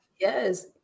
Yes